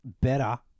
better